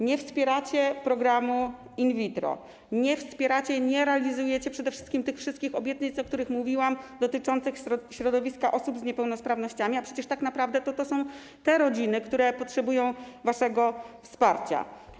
Nie wspieracie programu in vitro, nie realizujecie przede wszystkim tych wszystkich obietnic, o których mówiłam, dotyczących środowiska osób z niepełnosprawnościami, a przecież tak naprawdę to są to te rodziny, które potrzebują waszego wsparcia.